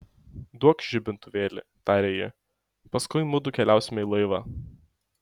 duokš žibintuvėlį tarė ji paskui mudu keliausime į laivą